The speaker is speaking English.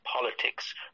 politics